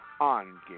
on